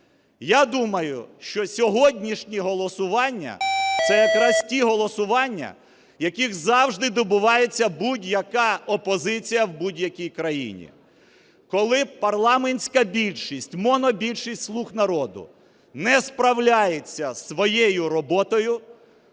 Я думаю, що сьогоднішні голосування – це якраз ті голосування, яких завжди добивається будь-яка опозиція в будь-якій країні. Коли парламентська більшість, монобільшість "слуг народу", не справляється зі своєю роботою,